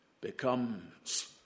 becomes